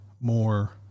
more